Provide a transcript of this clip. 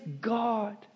God